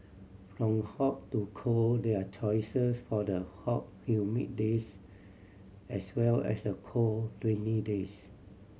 from hot to cold there are choices for the hot humid days as well as the cold rainy days